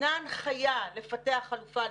ניתנה הנחייה לפתח חלופה אלטרנטיבית,